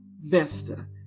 Vesta